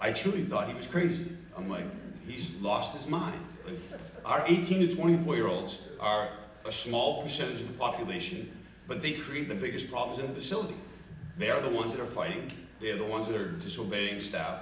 i truly thought it was crazy i'm like he's lost his mind are eighteen to twenty four year olds are a small percentage of the population but they treat the biggest problems of the silver they are the ones that are fighting they're the ones that are disobeying st